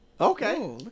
Okay